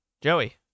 Joey